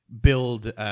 build